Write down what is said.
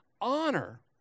honor